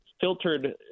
filtered